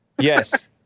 yes